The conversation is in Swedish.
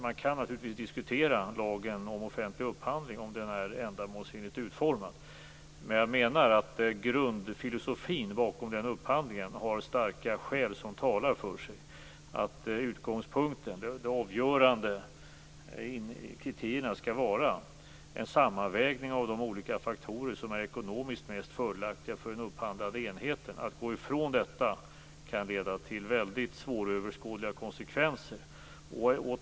Man kan naturligtvis diskutera om lagen om offentlig upphandling är ändamålsenligt utformad. Men jag menar att grundfilosofin bakom den upphandlingen har starka skäl som talar för sig, att utgångspunkten och de avgörande kriterierna skall vara en sammanvägning av de olika faktorer som är ekonomiskt mest fördelaktiga för den upphandlande enheten. Att gå ifrån detta kan leda till väldigt svåröverskådliga konsekvenser.